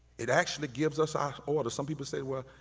it actually gives us our order. some people say, well,